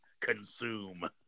consume